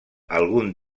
alguns